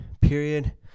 period